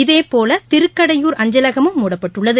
இதேபோல திருக்கடையூர் அஞ்சலகமும் மூடப்பட்டுள்ளது